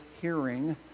hearing